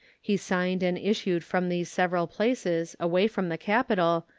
he signed and issued from these several places, away from the capital,